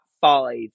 five